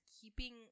keeping